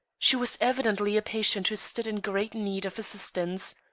she was evidently a patient who stood in great need of assistance.